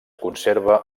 conserva